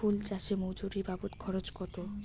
ফুল চাষে মজুরি বাবদ খরচ কত?